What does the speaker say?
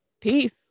peace